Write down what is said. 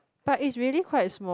but is really quite small eh